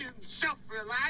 self-reliant